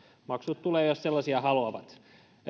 maksut tulevat jos he sellaisia haluavat